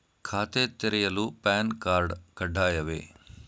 ಖಾತೆ ತೆರೆಯಲು PAN card ಕಡ್ಡಾಯವೇ?